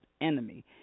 enemy